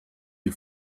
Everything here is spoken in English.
you